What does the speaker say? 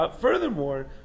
Furthermore